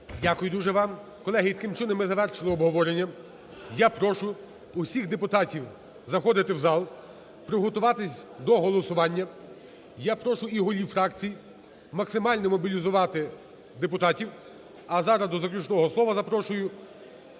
Дякую дуже вам. Колеги, таким чином ми завершили обговорення. Я прошу всіх депутатів заходити в зал, приготуватися до голосування, я прошу і голів фракцій максимально мобілізувати депутатів. А зараз до заключного слова запрошую